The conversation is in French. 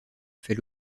fait